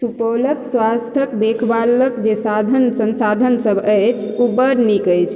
सुपौलक स्वास्थक देखभालक जे साधन संसाधन सब अछि ओ बड नीक अछि